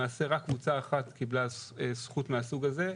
למעשה רק קבוצה אחת קיבלה זכות מהסוג הזה,